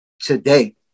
today